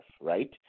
right